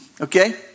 Okay